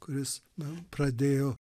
kuris na pradėjo